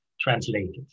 translated